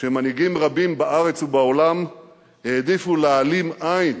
כשמנהיגים רבים בארץ ובעולם העדיפו להעלים עין